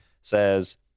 says